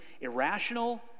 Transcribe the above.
irrational